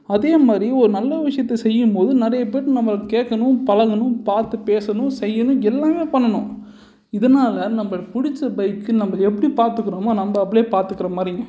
அதே மாதிரி ஒரு நல்ல விஷயத்த செய்யும் போது நிறைய பேர்கிட்ட நம்ம கேட்கணும் பழகணும் பார்த்து பேசணும் செய்யணும் எல்லாம் பண்ணணும் இதனால் நம்மளுக்கு பிடிச்ச பைக்கு நம்ம எப்படி பார்த்துக்குறோமோ நம்ம அப்படியே பார்த்துக்குற மாதிரியும்